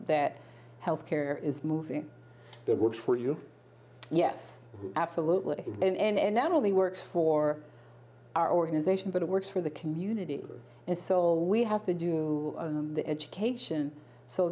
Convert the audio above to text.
that health care is moving that works for you yes absolutely and not only works for our organization but it works for the community and so we have to do the education so